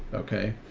okay.